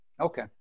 Okay